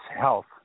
health